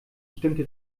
stimmte